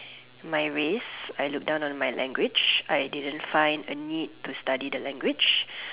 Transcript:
my race I look down on my language I didn't find a need to study the language